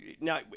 now